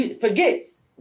forgets